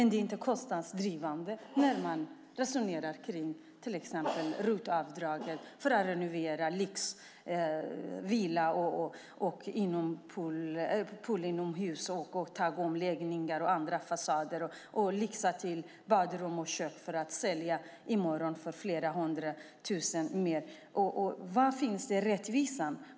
Det är inte kostnadsdrivande när man utnyttjar ROT för att renovera lyxvillor, inomhuspooler, göra takomläggningar, bygga om fasader eller lyxa till badrum och kök för att sedan kunna sälja huset för flera hundratusen kronor mer. Var finns rättvisan?